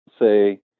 say